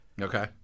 Okay